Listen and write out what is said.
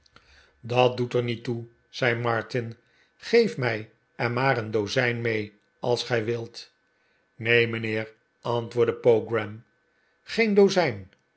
dat doet er niet toe zei martin geef mij er maar een dozijn mee als gij wilt neen mijnheer antwoordde pogram geen dozijn